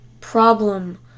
problem